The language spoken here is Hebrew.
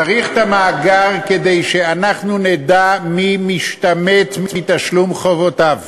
צריך את המאגר כדי שאנחנו נדע מי משתמט מתשלום חובותיו.